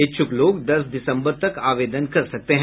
इच्छुक लोग दस दिसंबर तक आवेदन कर सकते हैं